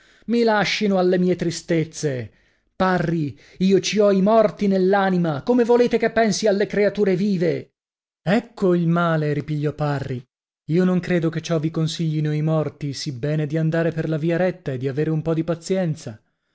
mi lascino alle mie tristezze parri io ci ho i morti nell'anima come volete che pensi alle creature vive ecco il male ripigliò parri io non credo che ciò vi consiglino i morti sibbene di andare per la via retta e di avere un po di pazienza